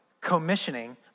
commissioning